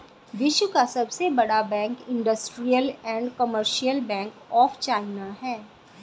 विश्व का सबसे बड़ा bank industrial and commercial bank of China है